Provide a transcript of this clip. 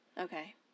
Okay